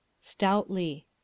Stoutly